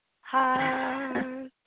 Heart